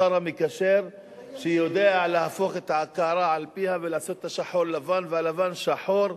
השר המקשר שיודע להפוך את הקערה על פיה ולעשות את השחור לבן והלבן שחור,